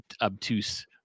obtuse